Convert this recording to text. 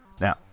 Now